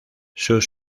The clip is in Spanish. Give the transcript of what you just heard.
sus